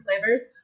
flavors